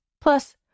Plus